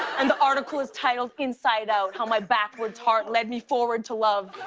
and the article is titled inside out how my backwards heart led me forward to love.